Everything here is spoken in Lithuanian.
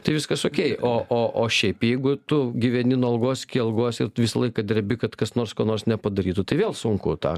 tai viskas okei o o šiaip jeigu tu gyveni nuo algos iki algos ir tu visą laiką drebi kad kas nors ko nors nepadarytų tai vėl sunku tą